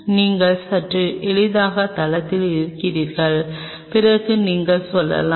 நீங்கள் சற்று எளிதான தளத்தில் இருக்கிறீர்கள் பிறகு நீங்கள் செல்லலாம்